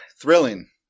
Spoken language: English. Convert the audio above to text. Thrilling